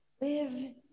live